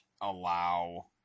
allow